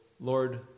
Lord